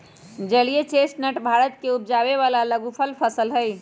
जलीय चेस्टनट भारत में उपजावे वाला लघुफल फसल हई